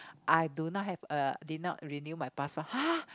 I do not have uh did not renew my passport !huh!